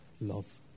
love